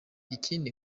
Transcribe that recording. ikindi